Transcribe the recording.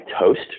toast